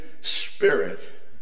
spirit